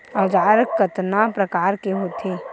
औजार कतना प्रकार के होथे?